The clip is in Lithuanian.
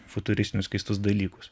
futuristinius keistus dalykus